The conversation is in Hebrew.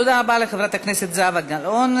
תודה רבה לחברת הכנסת זהבה גלאון.